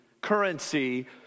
currency